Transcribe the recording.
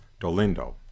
Dolindo